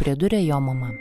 priduria jo mama